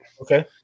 Okay